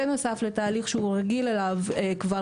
בנוסף לתהליך שהוא רגיל אליו כבר,